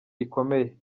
rikomeye